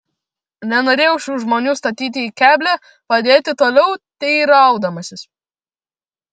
nenorėjau šių žmonių statyti į keblią padėtį toliau teiraudamasis